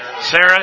Sarah